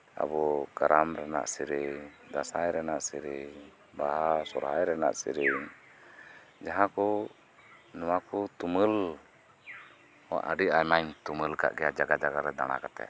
ᱟᱵᱩ ᱠᱟᱨᱟᱢ ᱨᱮᱱᱟᱜ ᱥᱤᱨᱤᱧ ᱫᱟᱸᱥᱟᱭ ᱨᱮᱱᱟᱜ ᱥᱤᱨᱤᱧ ᱵᱟᱦᱟ ᱥᱚᱦᱨᱟᱭ ᱨᱮᱱᱟᱜ ᱥᱤᱨᱤᱧ ᱡᱟᱦᱟᱸᱠᱩ ᱱᱚᱣᱟᱠᱩ ᱛᱩᱢᱟᱹᱞ ᱟᱹᱰᱤ ᱟᱭᱢᱟᱧ ᱛᱩᱢᱟᱹᱞ ᱟᱠᱟᱰ ᱜᱮᱭᱟ ᱡᱟᱭᱜᱟ ᱡᱟᱭᱜᱟ ᱨᱮ ᱫᱟᱬᱟ ᱠᱟᱛᱮᱫ